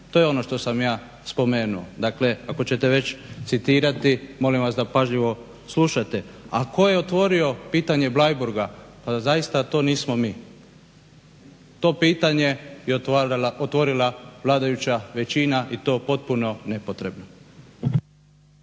To je ono što sam ja spomenuo. Dakle, ako ćete već citirati molim vas da pažljivo slušate. A tko je otvorio pitanje Bleiburga pa zaista to nismo mi. To pitanje je otvorila vladajuća većina i to potpuno nepotrebno.